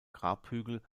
grabhügel